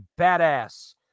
badass